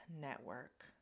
network